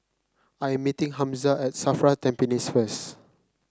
I am meeting Hamza at Safra Tampines first